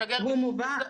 שגר ושלח?